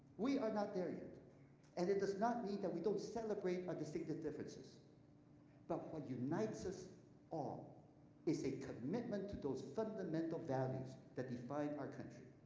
we are not there yet and it does not mean that we don't celebrate my distinctive differences but what unites us all is a commitment to those fundamental values that define our country.